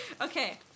okay